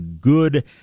good